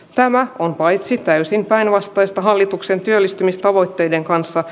tämä on paitsi täysin päinvastaista hallituksen työllistämistavoitteiden kanssa